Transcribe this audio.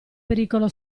pericolo